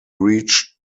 reached